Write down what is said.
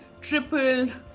tripled